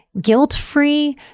guilt-free